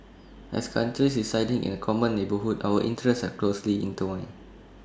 as countries residing in A common neighbourhood our interests are closely intertwined